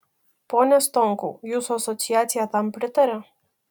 pone stonkau jūsų asociacija tam pritaria